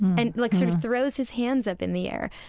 and like, sort of throws his hands up in the air.